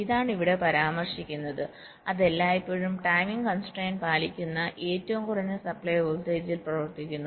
ഇതാണ് ഇവിടെ പരാമർശിക്കുന്നത് അത് എല്ലായ്പ്പോഴും ടൈമിംഗ് കൺസ്ട്രയിന്റ് പാലിക്കുന്ന ഏറ്റവും കുറഞ്ഞ സപ്ലൈ വോൾട്ടേജിൽ പ്രവർത്തിക്കുന്നു